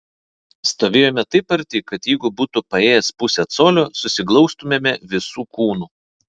stovėjome taip arti kad jeigu būtų paėjęs pusę colio susiglaustumėme visu kūnu